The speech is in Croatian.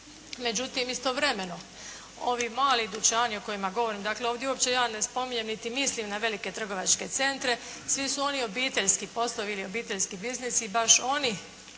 međutim istovremeno ovi mali dućani o kojima govorim, dakle ovdje uopće ja ne spominjem niti mislim na velike trgovačke centre, svi su oni obiteljski poslovi ili obiteljski biznisi i baš oni